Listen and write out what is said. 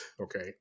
Okay